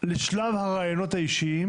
לשלב הראיונות האישיים